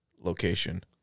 location